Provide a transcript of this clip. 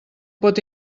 pot